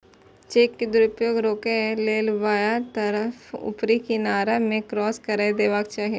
cheque के दुरुपयोग रोकै लेल बायां तरफ ऊपरी किनारा मे क्रास कैर देबाक चाही